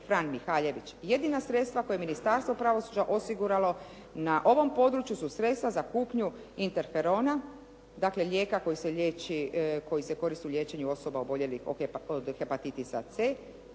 Fran Mihaljević", jedina sredstva koja je Ministarstvo pravosuđa osiguralo. Na ovom području su sredstva za kupnju interferona, dakle lijeka koji se liječi, koji se koristi u liječenju osoba oboljelih od hepatitisa C,